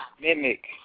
mimic